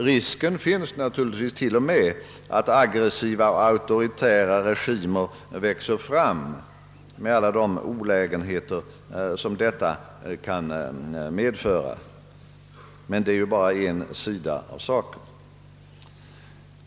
Risken finns naturligtvis också att aggressiva, auktoritära regimer växer fram, med alla de olägenheter som detta kan medföra. Men det är bara en sida av saken.